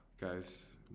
guys